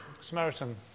Samaritan